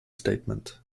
statement